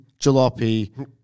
jalopy